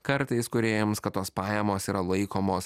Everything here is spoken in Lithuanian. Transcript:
kartais kūrėjams kad tos pajamos yra laikomos